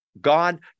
God